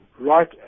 right